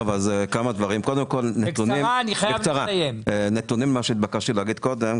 כבר אספנו את הנתונים שהתבקשתי להגיד קודם.